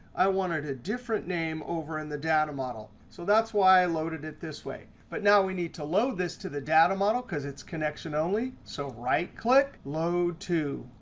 i wanted a different name over in the data model. so that's why i loaded it this way. but now we need to load this to the data model, because it's connection only. so right click, load to.